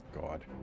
god